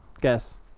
Guess